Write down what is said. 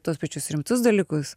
tuos pačius rimtus dalykus